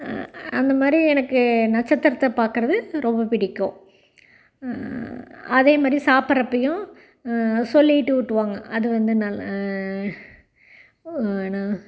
அந்த மாதிரி எனக்கு நட்சத்திரத்தை பார்க்குறது ரொம்ப பிடிக்கும் அதே மாதிரி சாப்பிட்றப்பயும் சொல்லிவிட்டு ஊட்டுவாங்க அது வந்து நல்ல நான்